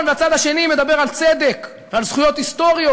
והצד השני מדבר על צדק ועל זכויות היסטוריות,